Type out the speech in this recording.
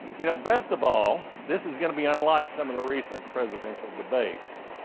you know, best of all, this is going to be unlike some of the recent presidential debates.